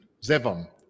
Zevon